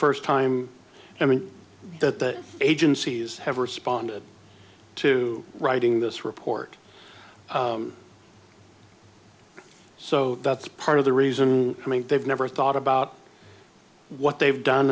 first time i mean that the agencies have responded to writing this report so that's part of the reason i think they've never thought about what they've done